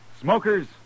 Smokers